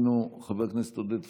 איננו, חבר הכנסת עודד פורר,